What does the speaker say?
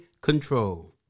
control